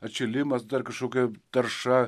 atšilimas dar kažkokia tarša